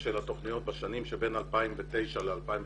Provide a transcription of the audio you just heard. של התוכניות בשנים שבין 2009 ל-2017